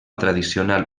tradicional